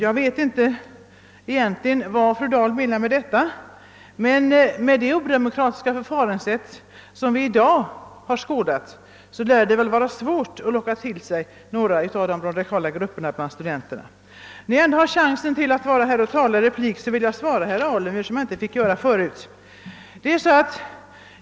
Jag vet inte vad fru Dahl egentligen menar med detta, men med det odemokratiska förfaringssätt som tillämpats här i dag lär det vara svårt för socialdemokraterna att på något sätt >locka» några av de radikala grupperna bland studenterna. När jag ändå har ordet för replik vill jag svara herr Alemyr, vilket jag inte fick tillfälle att göra förut.